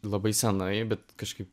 labai senai bet kažkaip